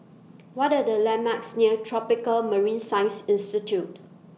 What Are The landmarks near Tropical Marine Science Institute